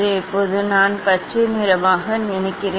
இப்போது நான் பச்சை நிறமாக நினைக்கிறேன்